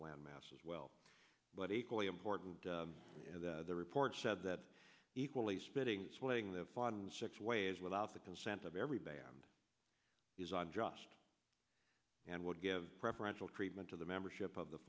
landmass as well but equally important as the report said that equally spitting swaying the fund six ways without the consent of every band is unjust and would give preferential treatment to the membership of the